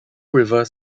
river